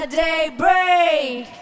daybreak